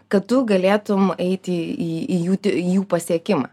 kad tu galėtum eiti į į jų į jų pasiekimą